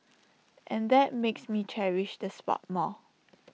and that makes me cherish the spot more